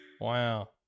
Wow